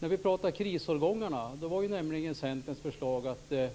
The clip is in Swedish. När vi talade om krisomgångarna var nämligen Centerns förslag att man skulle